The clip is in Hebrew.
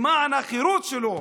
למען החירות שלו,